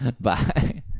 Bye